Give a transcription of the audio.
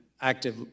active